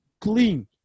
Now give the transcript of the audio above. clean